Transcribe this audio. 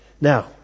Now